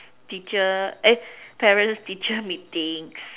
teacher parents teacher meeting